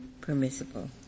permissible